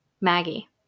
Maggie